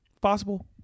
possible